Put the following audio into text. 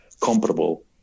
comparable